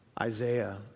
Isaiah